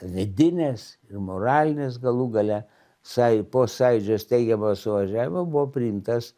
vidinės moralinės galų gale saju po sąjūdžio steigiamojo suvažiavimo buvo priimtas